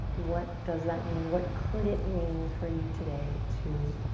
what does that mean? what could it mean for you today to